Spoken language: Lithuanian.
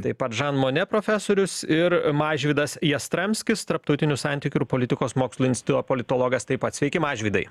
taip pat žan mone profesorius ir mažvydas jastramskis tarptautinių santykių ir politikos mokslų instituto politologas taip pat sveiki mažvydai